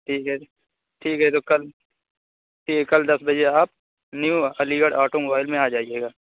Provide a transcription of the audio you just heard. ٹھیک ہے جی ٹھیک ہے تو کل ٹھیک کل دس بجے آپ new Aligarh automobile میں آ جائیے گا